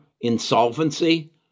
insolvency